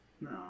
No